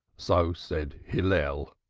so said hillel.